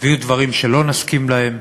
ויהיו דברים שלא נסכים להם,